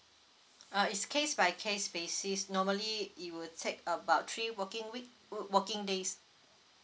uh it's case by case basis normally it would take about three working week working days